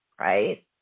right